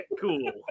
Cool